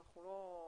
לא.